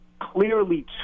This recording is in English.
clearly